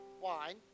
wine